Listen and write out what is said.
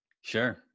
Sure